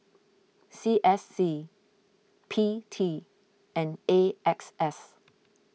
C S C P T and A X S